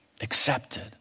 Accepted